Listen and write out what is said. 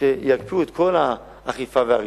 שיקפיאו את כל האכיפה וההריסה,